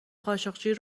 خاشقچی